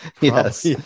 Yes